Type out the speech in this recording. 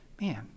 man